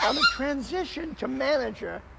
ah the transition to manager,